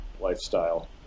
lifestyle